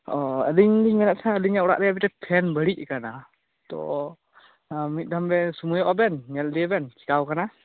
ᱚᱻ ᱟᱞᱤᱝ ᱞᱤᱧ ᱢᱮᱱᱮᱫ ᱛᱟᱦᱮᱸᱱᱟ ᱟᱞᱤᱧᱟᱜ ᱚᱲᱟᱜ ᱨᱮᱭᱟᱜ ᱢᱤᱜᱴᱮᱱ ᱯᱷᱮᱱ ᱵᱟᱹᱲᱤᱡ ᱟᱠᱟᱱᱟ ᱛᱚ ᱢᱤᱫ ᱫᱷᱟᱣ ᱵᱮᱱ ᱥᱩᱢᱟᱹᱭᱚᱜᱼᱟ ᱵᱮᱱ ᱧᱮᱞ ᱤᱫᱤᱭᱟ ᱵᱮᱱ ᱪᱤᱠᱟ ᱟᱠᱟᱱᱟ